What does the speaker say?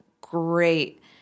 great